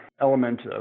element